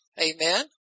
Amen